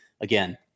again